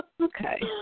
Okay